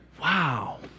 Wow